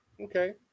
Okay